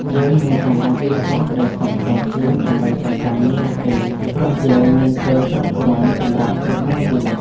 យើងមិនចាំបាច់លះបង់ក្តីសុខផ្ទាល់ខ្លួនដើម្បីតែការងារនោះទេ ព្រោះយើងមានពេលគ្រប់គ្រាន់សម្រាប់គ្រប់គ្រងជីវិត។